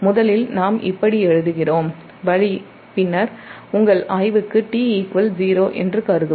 முதல் வழி நாம் இப்படி எழுதுகிறோம் பின்னர் உங்கள் ஆய்வுக்கு T 0 என்று கருதுவோம்